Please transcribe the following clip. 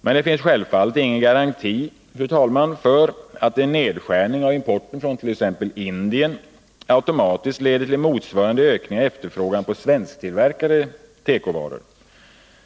Men det finns självfallet ingen garanti, fru talman, för att en nedskärning av importen från t.ex. Indien automatiskt leder till en motsvarande ökning av efterfrågan på svensktillverkade tekovaror.